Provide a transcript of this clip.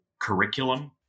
curriculum